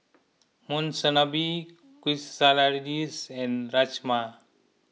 Monsunabe Quesadillas and Rajma